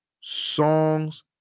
songs